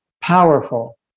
Powerful